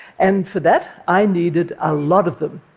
and for that, i needed a lot of them.